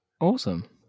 awesome